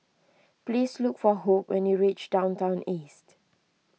please look for Hope when you reach Downtown East